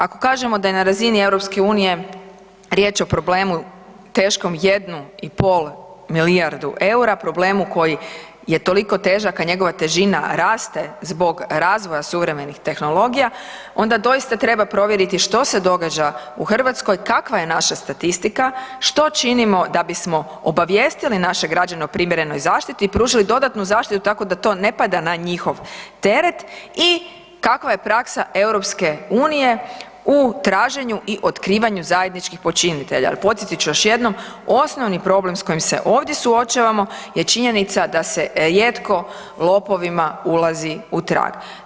Ako kažemo da je na razini EU riječ o problemu teškom 1,5 milijardu eura, problemu koji je toliko težak, a njegova težina raste zbog razvoja suvremenih tehnologija, onda doista treba provjeriti što se događa u Hrvatskoj, kakva je naša statistika, što činimo da bismo obavijestili naše građane o primjerenoj zaštiti i pružili dodanu zaštitu tako da ne pada na njihov teret i kakva je praksa EU u traženju i otkrivanju zajedničkih počinitelja, jer, podsjetit ću još jednom, osnovni problem s kojim se ovdje suočavamo je činjenica da se rijetko lopovima ulazi u trag.